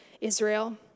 Israel